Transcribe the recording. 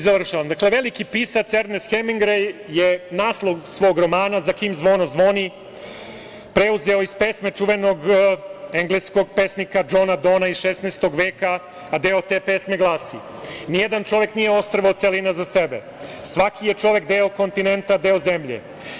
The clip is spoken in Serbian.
Završavam, veliki pisac Ernest Hemingvej je naslov svog romana „Za kim zvono zvoni“ preuzeo iz pesme čuvenog engleskog pesnika Džona Dona iz 16. veka, a deo te pesme glasi – Nijedan čovek nije ostrvo, celina za sebe, svaki je čovek deo kontinenta, deo zemlje.